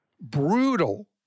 brutal